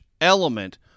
element